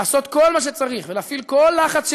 לעשות כל מה שצריך ולהפעיל כל לחץ שנדרש,